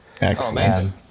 excellent